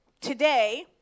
today